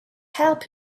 help